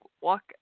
walk